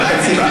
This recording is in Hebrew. לא נמצא בתקציב.